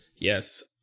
Yes